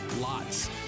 LOTS